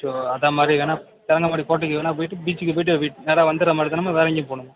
so அதே மாதிரி வேணால் தரங்கம்பாடி கோட்டைக்கு வேணால் போயிவிட்டு பீச்சுக்கு போயிட்டு வீட் நேராக வந்திடுற மாதிரிதானேம்மா வேறு எங்கேயும் போகணுமா